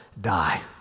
die